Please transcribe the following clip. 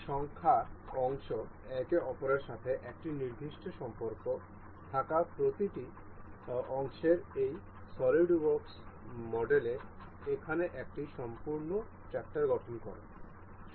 এই সংখ্যক অংশ একে অপরের সাথে একটি নির্দিষ্ট সম্পর্ক থাকা প্রতিটি অংশের এই সলিডওয়ার্কস মডেলে এখানে একটি সম্পূর্ণ ট্র্যাক্টর গঠন করে